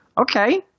okay